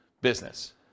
business